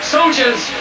Soldiers